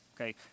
okay